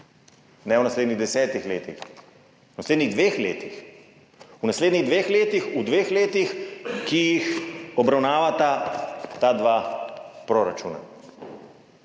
ne v naslednjih desetih letih, v naslednjih dveh letih. V naslednjih dveh letih, ki jih obravnavata ta dva proračuna.